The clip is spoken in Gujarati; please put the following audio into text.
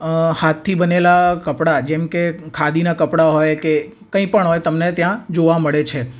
હાથથી બનેલા કપડાં જેમકે ખાદીનાં કપડાં હોય કે કઈપણ હોય તમને ત્યાં જોવા મળે છે